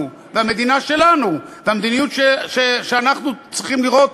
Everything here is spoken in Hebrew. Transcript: והמדינה שלנו והמדיניות שאנחנו צריכים לראות